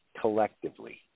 collectively